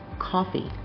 coffee